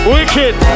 Wicked